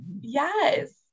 Yes